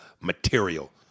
material